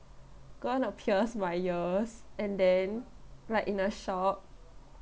going to pierce my ears and then like in a shop